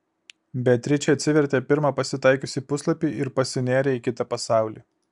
beatričė atsivertė pirmą pasitaikiusį puslapį ir pasinėrė į kitą pasaulį